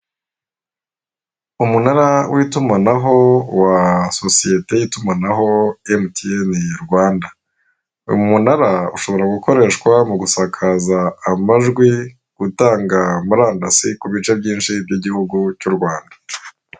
Umunara w'itumanaho wa sosiyete y'itumanaho MTN Rwanda, uyu umunara ushobora gukoreshwa mu gusakaza amajwi, gutanga murandasi ku bice byinshi by'igihugu cy'u Rwanda.